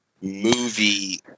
movie